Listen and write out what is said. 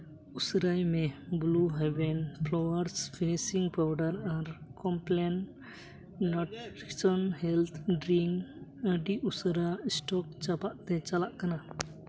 ᱩᱥᱟᱹᱨᱟᱭ ᱢᱮ blue heaven flawless finishing powder ᱟᱨ ᱠᱚᱢᱯᱞᱮᱱ ᱱᱤᱭᱩᱴᱨᱮᱥᱚᱱ ᱦᱮᱞᱛᱷ ᱰᱨᱤᱝᱠ ᱟᱹᱰᱤ ᱩᱥᱟᱹᱨᱟ ᱥᱴᱚᱠ ᱪᱟᱵᱟᱜ ᱛᱮ ᱪᱟᱞᱟᱜ ᱠᱟᱱᱟ